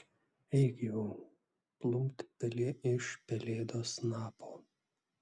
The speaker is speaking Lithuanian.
eik jau plumpt pelė iš pelėdos snapo